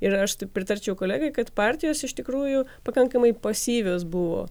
ir aš tai pritarčiau kolegai kad partijos iš tikrųjų pakankamai pasyvios buvo